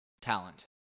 talent